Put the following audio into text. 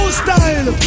style